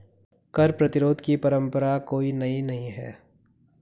कर प्रतिरोध की परंपरा कोई नई नहीं है